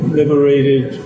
liberated